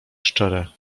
szczere